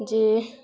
ଯେ